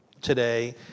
today